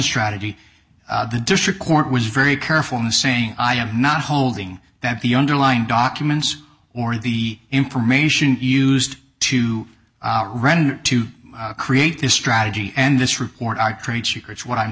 strategy the district court was very careful in saying i am not holding that the underlying documents or the information used to render to create this strategy and this report our trade secrets what i'm